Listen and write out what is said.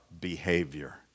behavior